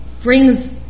brings